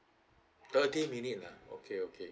thirty minute ah okay okay